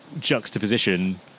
juxtaposition